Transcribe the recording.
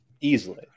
Easily